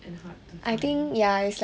and hard to find